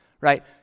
right